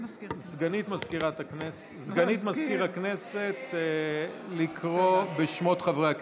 מסגנית מזכיר הכנסת לקרוא בשמות חברי הכנסת.